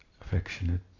affectionate